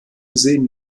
gesehen